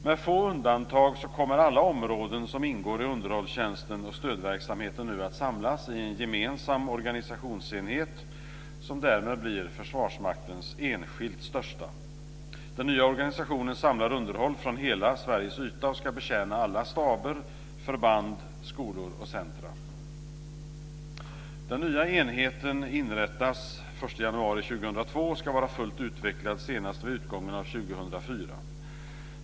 Med få undantag kommer alla områden som ingår i underhållstjänsten och stödverksamheten nu att samlas i en gemensam organisationsenhet som därmed blir Försvarsmaktens enskilt största enhet. Den nya organisationen samlar underhåll från hela Sveriges yta och ska betjäna alla staber, förband, skolor och centrum. Den nya enheten inrättas den 1 januari 2002 och ska vara fullt utvecklad senast vid utgången av år 2004.